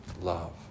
love